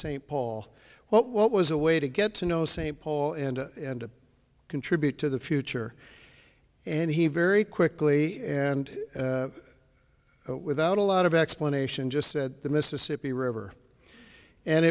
st paul what was a way to get to know st paul and and to contribute to the future and he very quickly and without a lot of explanation just said the mississippi river and